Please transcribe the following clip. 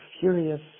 furious